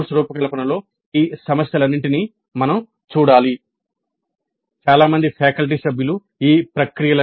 course రూపకల్పనలో ఈ సమస్యలన్నింటినీ మనం చూడాలి